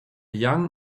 young